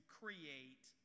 create